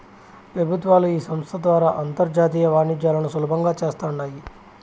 పెబుత్వాలు ఈ సంస్త ద్వారా అంతర్జాతీయ వాణిజ్యాలను సులబంగా చేస్తాండాయి